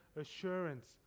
assurance